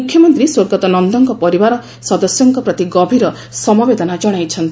ମୁଖ୍ୟମନ୍ତୀ କହିବା ସହ ସ୍ୱର୍ଗତ ନନ୍ଦଙ୍କ ପରିବାର ସଦସ୍ୟଙ୍କ ପ୍ରତି ଗଭୀର ସମବେଦନା ଜଣାଇଛନ୍ତି